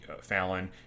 Fallon